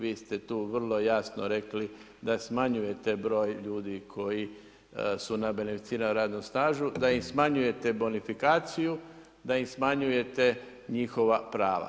Vi ste tu vrlo jasno rekli da smanjujete broj ljudi koji su na beneficiranom radnom stažu, da im smanjujete bonifikaciju, da im smanjujete njihova prava.